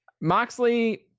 Moxley